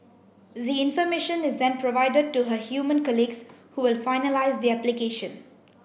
the information is then provided to her human colleagues who will finalise the application